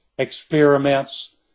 experiments